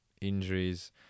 injuries